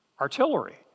Artillery